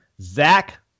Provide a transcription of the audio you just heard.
Zach